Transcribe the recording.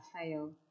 fail